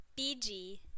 BG